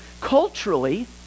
culturally